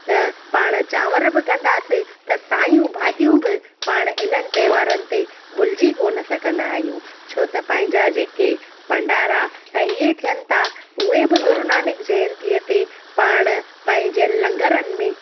त पाण चांवर बि कंदासीं त साई भाजियूं बि पाण इन्हनि त्योहारनि ते भूलिॼी कोन सघंदा आहियूं छो त पंहिंजा जेके भण्डारा ऐं इहे थियनि था उहे ब गुरुनानक जयंतिअ ते पाण पंहिंजे लंगरनि में